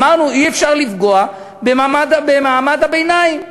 אמרנו: אי-אפשר לפגוע במעמד הביניים.